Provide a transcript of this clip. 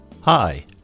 Hi